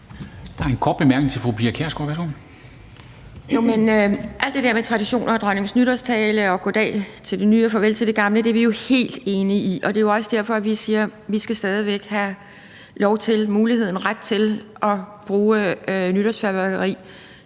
Alt det der med traditioner og dronningens nytårstale og goddag til det nye og farvel til det gamle er vi jo helt enige i. Det er også derfor, vi siger, at vi stadig væk skal have lov til, muligheden for og retten til at bruge nytårsfyrværkeri